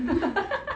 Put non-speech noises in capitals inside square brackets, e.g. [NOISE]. [LAUGHS]